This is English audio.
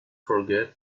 forget